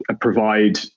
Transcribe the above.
provide